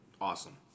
awesome